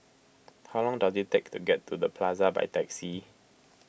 how long does it take to get to the Plaza by taxi